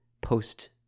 post